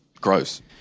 Gross